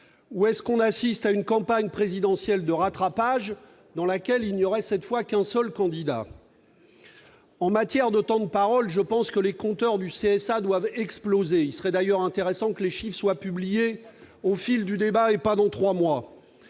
aux Français ou à une campagne présidentielle de rattrapage dans laquelle il n'y aurait cette fois qu'un seul candidat ? En matière de temps de parole, les compteurs du CSA doivent exploser. Il serait d'ailleurs intéressant que les chiffres soient publiés au fil du débat, et pas dans trois mois